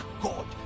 God